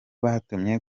batumye